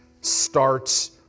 starts